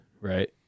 right